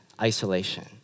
isolation